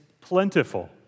plentiful